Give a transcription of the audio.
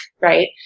right